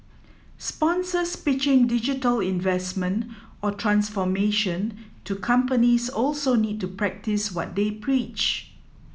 sponsors pitching digital investment or transformation to companies also need to practice what they preach